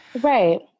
right